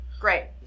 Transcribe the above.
Great